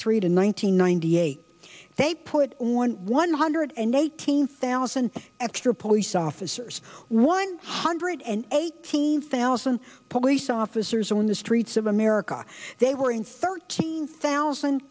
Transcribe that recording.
three to one nine hundred ninety eight they put one hundred and eighteen thousand extra police officers one hundred and eighteen thousand police officers on the streets of america they were in thirteen thousand